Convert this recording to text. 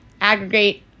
Aggregate